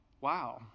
wow